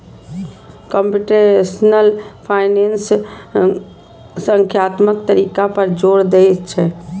computational finance संख्यात्मक तरीका पर जोर दै छै